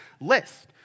list